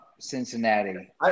cincinnati